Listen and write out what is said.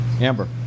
Amber